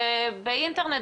באינטרנט,